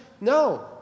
No